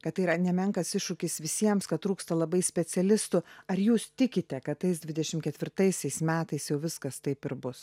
kad tai yra nemenkas iššūkis visiems kad trūksta labai specialistų ar jūs tikite kad tais dvidešim ketvirtaisiais metais jau viskas taip ir bus